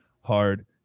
hard